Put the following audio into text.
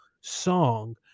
song